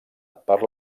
per